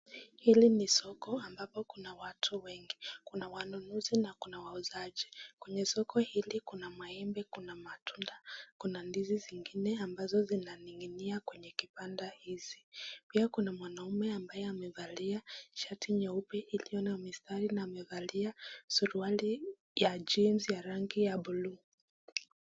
Hili ni soko ambapo kuna watu wengi kuna wanunuzi na kuna wauzaji. Kwenye soko hili kuna maembe, kuna matunda, kuna ndizi zingine ambazo zinaninginia kwenye kibanda hizi. Pia kuna mwanaume ambaye amevalia shati nyeupe iliyo na mistari na amevalia suruali ya [jeans] ya rangi ya buluu.